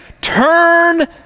turn